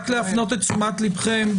רק להפנות את תשומת לבכם,